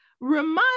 remind